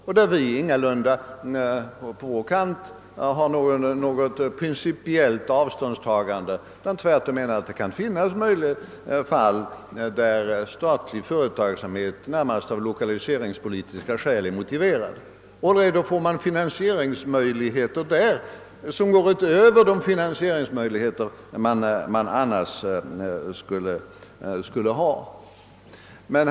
Vi på vårt håll gör därvidlag inte något generellt principiellt avståndstagande utan menar tvärtom att det kan finnas fall där ny statlig företagsamhet — närmast av lokaliseringspolitiska skäl — är motiverad. All right — då får staten genom aktieförsäljning finansieringsmöjligheter utöver de möjligheter man annars skulle ha. Herr talman!